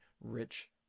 rich